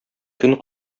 көн